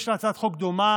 יש לה הצעת חוק דומה.